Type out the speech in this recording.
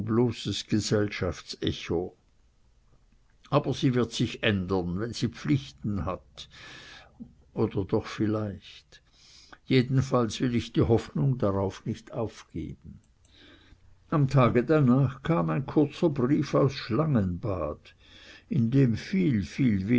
bloßes gesellschaftsecho aber sie wird sich ändern wenn sie pflichten hat oder doch vielleicht jedenfalls will ich die hoffnung darauf nicht aufgeben am tage danach kam ein kurzer brief aus schlangenbad in dem viel viel